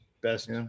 Best